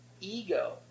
Ego